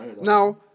Now